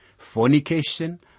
Fornication